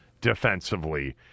defensively